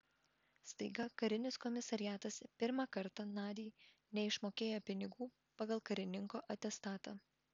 staiga karinis komisariatas pirmą kartą nadiai neišmokėjo pinigų pagal karininko atestatą